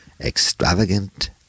extravagant